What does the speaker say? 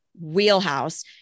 wheelhouse